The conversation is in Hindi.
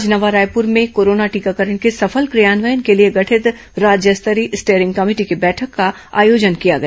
आज नवा रायपुर में कोरोना टीकाकरण के सफल क्रियान्वयन के लिए गठित राज्य स्तरीय स्टेरिंग कमेटी की बैठक का आयोजन किया गया